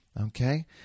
Okay